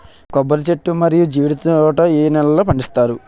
కొబ్బరి చెట్లు మరియు జీడీ తోట ఏ నేలల్లో పండిస్తారు?